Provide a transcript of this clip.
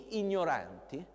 ignoranti